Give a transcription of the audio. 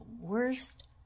worst